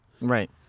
Right